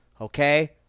Okay